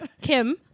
Kim